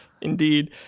Indeed